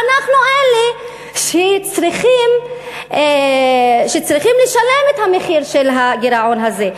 ואנחנו אלה שצריכים לשלם את המחיר של הגירעון הזה.